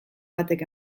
batek